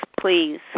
please